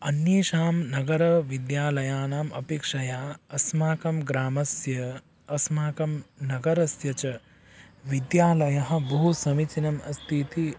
अन्येषां नगर विद्यालयानाम् अपेक्षया अस्माकं ग्रामस्य अस्माकं नगरस्य च विद्यालयः बहु समीचीनम् अस्ति इति